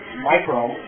micro